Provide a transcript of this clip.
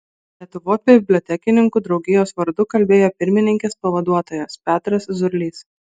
lietuvos bibliotekininkų draugijos vardu kalbėjo pirmininkės pavaduotojas petras zurlys